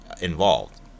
involved